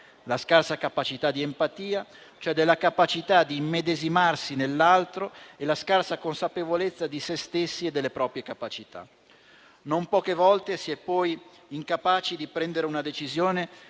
la scarsa capacità di empatia, cioè della capacità di immedesimarsi nell'altro, e la scarsa consapevolezza di sé stessi e delle proprie capacità. Non poche volte si è poi incapaci di prendere una decisione